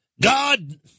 God